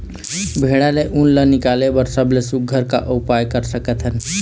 भेड़ा ले उन ला निकाले बर सबले सुघ्घर का उपाय कर सकथन?